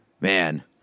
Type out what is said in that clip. man